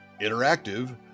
interactive